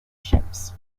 ships